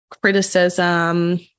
criticism